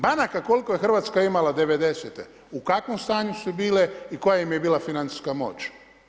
Banaka koliko je Hrvatska imala '90-te, u kakvom stanju su bile i koja im je bila financijska moć?